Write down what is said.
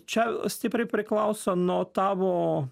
čia stipriai priklauso nuo tavo